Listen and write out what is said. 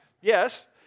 Yes